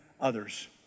others